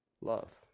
love